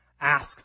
Ask